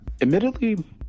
Admittedly